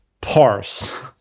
parse